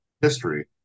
History